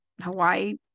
Hawaii